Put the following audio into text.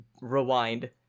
rewind